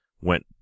went